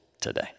today